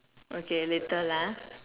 okay later lah